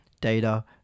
data